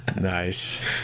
Nice